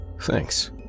Thanks